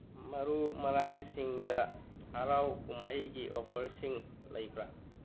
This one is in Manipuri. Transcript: ꯃꯔꯨ ꯃꯔꯥꯡꯁꯤꯡꯗ ꯍꯔꯥꯎ ꯀꯨꯝꯍꯩꯒꯤ ꯑꯣꯐꯔꯁꯤꯡ ꯂꯩꯕ꯭ꯔꯥ